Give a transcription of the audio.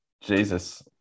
Jesus